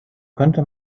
könnte